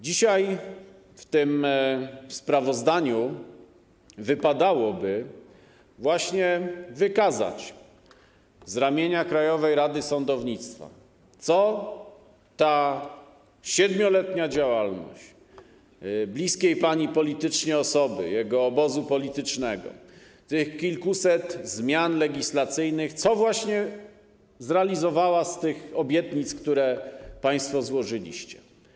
Dzisiaj w tym sprawozdaniu wypadałoby właśnie wykazać z ramienia Krajowej Rady Sądownictwa, co w kontekście 7-letniej działalności bliskiej pani politycznie osoby, jego obozu politycznego, tych kilkuset zmian legislacyjnych zrealizowano z tych obietnic, które państwo złożyliście.